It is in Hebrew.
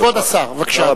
כבוד השר, בבקשה.